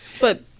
But-